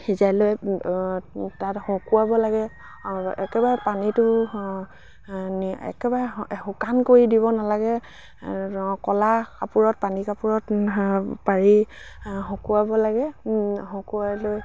সিজাই লৈ তাত শুকুৱাব লাগে একেবাৰে পানীটো একেবাৰে শুকান কৰি দিব নালাগে কলা কাপোৰত পানী কাপোৰত পাৰি শুকুৱাব লাগে শুকুৱাই লৈ